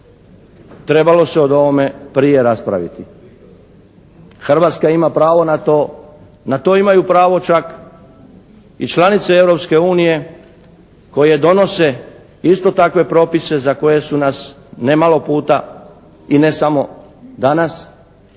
Trebalo se o ovome prije raspraviti. Hrvatska ima pravo na to. Na to imaju pravo čak i članice Europske unije koje donose isto takve propise za koje su nas nemalo puta i ne samo danas